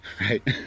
right